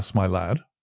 my lad,